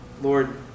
Lord